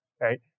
right